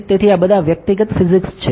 તેથી આ બધા વ્યક્તિગત ફિઝિક્સ છે